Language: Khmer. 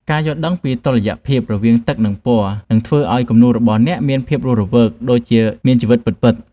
ការយល់ដឹងពីតុល្យភាពរវាងទឹក និង ពណ៌នឹងធ្វើឱ្យគំនូររបស់អ្នកមានភាពរស់រវើកដូចជាមានជីវិតពិតៗ។